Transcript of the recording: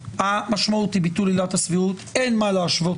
המשמעות היא ביטול עילת הסבירות ואין מה להשוות